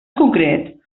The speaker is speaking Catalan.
concret